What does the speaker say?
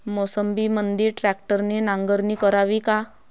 मोसंबीमंदी ट्रॅक्टरने नांगरणी करावी का?